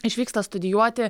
išvyksta studijuoti